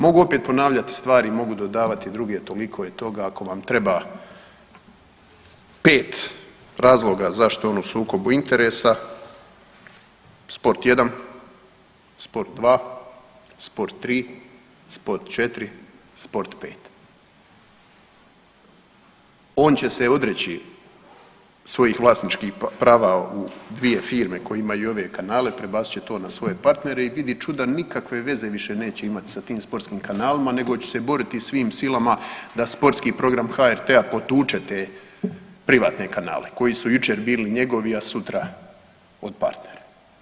Mogu opet ponavljati stvari, mogu dodavati druge, toliko je toga, ako vam treba 5 razloga zašto je on u sukobu interesa, Sport 1, Sport 2, Sport 3, Sport 4, Sport 5. On će se odreći svojih vlasničkih prava u dvije firme koje imaju ove kanale, prebacit će to na svoje partnere i vidi čuda, nikakve veze više neće imati sa tim sportskim kanalima nego će se boriti svim silama da sportski program HRT-a potuče te privatne kanale koji su jučer bili njegovi, a sutra od partnera.